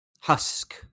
Husk